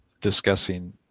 discussing